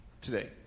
today